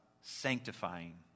sanctifying